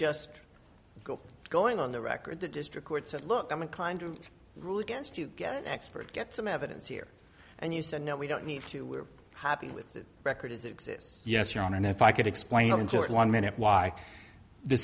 just go going on the record the district court said look i'm inclined to rule against you get an expert get some evidence here and you said no we don't need to we're happy with the record as it exists yes your honor and if i could explain in short one minute why the